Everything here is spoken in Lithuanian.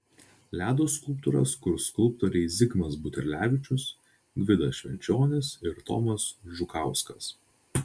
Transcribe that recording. ledo skulptūras kurs skulptoriai zigmas buterlevičius gvidas švenčionis ir tomas žukauskas